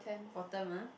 bottom ah